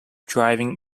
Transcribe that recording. driving